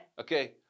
Okay